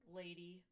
lady